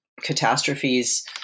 catastrophes